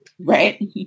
right